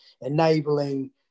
enabling